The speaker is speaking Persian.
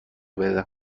بده